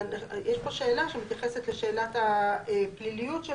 ויש פה שאלה שמתייחסת לשאלת הפליליות של